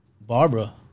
Barbara